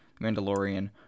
mandalorian